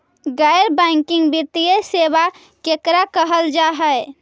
गैर बैंकिंग वित्तीय सेबा केकरा कहल जा है?